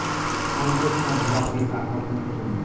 বালচোক না ভেদা হই আক রকমের ফুল